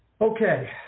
Okay